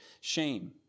shame